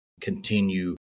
continue